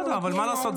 בסדר, אבל מה לעשות?